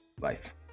life